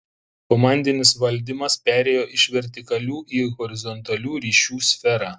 komandinis valdymas perėjo iš vertikalių į horizontalių ryšių sferą